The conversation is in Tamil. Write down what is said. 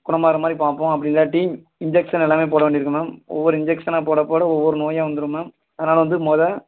குணமாகுறது மாதிரி பார்ப்போம் அப்படி இல்லாட்டி இன்ஜெக்ஷன் எல்லாம் போட வேண்டி இருக்கும் மேம் ஒவ்வொரு இன்ஜெக்ஷன்னா போட போட ஒவ்வொரு நோயாக வந்துடும் மேம் அதனால் வந்து மொதல்